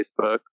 Facebook